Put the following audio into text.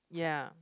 yeah